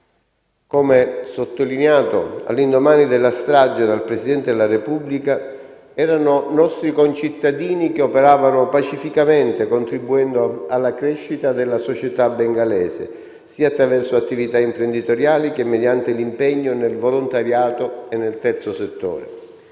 Come sottolineato all'indomani della strage dal Presidente della Repubblica, erano nostri concittadini che operavano pacificamente, contribuendo alla crescita della società bengalese, sia attraverso attività imprenditoriali che mediante l'impegno nel volontariato e nel terzo settore.